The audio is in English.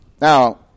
Now